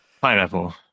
pineapple